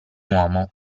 uomo